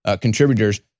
contributors